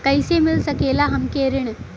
कइसे मिल सकेला हमके ऋण?